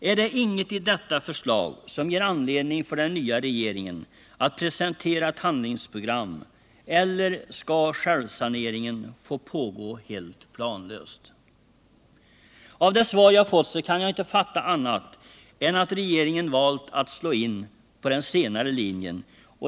Är det inget i detta förslag som ger anledning för den nya regeringen att presentera ett handlingsprogram, eller skall självsaneringen få pågå helt planlöst? Av det svar jag fått kan jag inte fatta annat än att regeringen valt att slå in på den senare linjen.